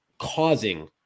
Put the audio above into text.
causing